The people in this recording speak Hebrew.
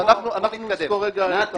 אנחנו --- לא,